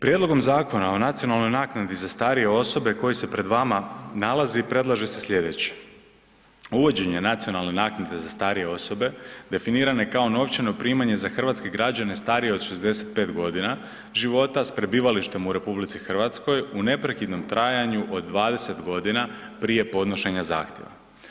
Prijedlogom Zakona o nacionalnoj naknadi za starije osobe koji se pred vama nalazi predlaže se sljedeće, uvođenje nacionalne naknade za starije osobe definirane kao novčano primanje za hrvatske građane starije od 65 godina života s prebivalištem u RH u neprekidnom trajanju od 20 godina prije podnošenja zahtjeva.